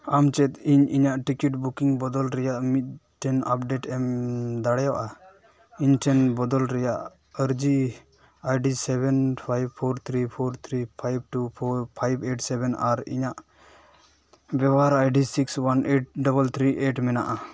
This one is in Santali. ᱟᱢ ᱪᱮᱫ ᱤᱧ ᱤᱧᱟᱹᱜ ᱴᱤᱠᱤᱴ ᱵᱩᱠᱤᱝ ᱵᱚᱫᱚᱞ ᱨᱮᱭᱟᱜ ᱢᱤᱫᱴᱮᱱ ᱟᱯᱰᱮᱴ ᱮᱢ ᱫᱟᱲᱮᱭᱟᱜᱼᱟ ᱤᱧᱴᱷᱮᱱ ᱵᱚᱫᱚᱞ ᱨᱮᱭᱟᱜ ᱟᱹᱨᱡᱤ ID seven five four three four three five two five four five two four five eight seven ᱟᱨ ᱤᱧᱟᱹᱜ ᱵᱮᱵᱚᱦᱟᱨ ID six one eight double three eight ᱢᱮᱱᱟᱜᱼᱟ